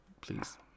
please